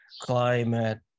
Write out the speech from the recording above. climate